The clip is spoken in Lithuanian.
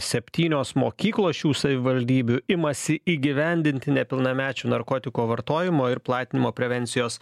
septynios mokyklos šių savivaldybių imasi įgyvendinti nepilnamečių narkotikų vartojimo ir platinimo prevencijos